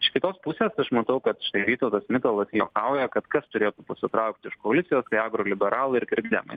iš kitos pusės aš matau kad štai vytautas mitalas juokauja kad kas turėtų pasitraukti iš koalicijos jeigu ir liberalai ir krikdemai